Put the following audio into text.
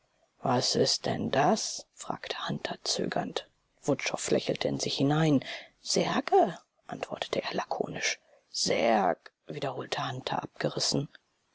was ist denn das fragte hunter zögernd wutschow lachte in sich hinein särge antwortete er lakonisch sär wiederholte hunter abgerissen